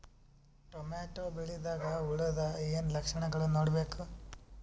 Tomato ಬೆಳಿದಾಗ್ ಹುಳದ ಏನ್ ಲಕ್ಷಣಗಳು ನೋಡ್ಬೇಕು?